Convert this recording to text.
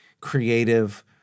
creative